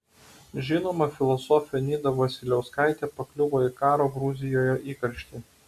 žinoma filosofė nida vasiliauskaitė pakliuvo į karo gruzijoje įkarštį